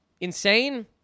insane